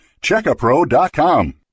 Checkapro.com